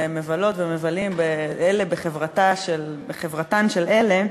מבלות ומבלים אלה בחברתם של אלה,